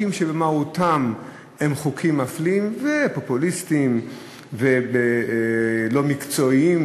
חוקים שבמהותם הם חוקים מפלים ופופוליסטיים ולא מקצועיים,